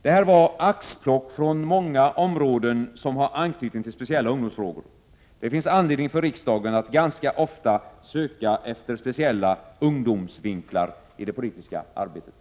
Det här var ett axplock från många områden som har anknytning till speciella ungdomsfrågor. Det finns anledning för riksdagen att ganska ofta söka efter speciella ”ungdomsvinklar” i det politiska arbetet.